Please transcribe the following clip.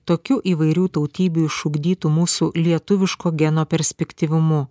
tokių įvairių tautybių išugdytų mūsų lietuviško geno perspektyvumu